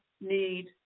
need